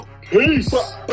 peace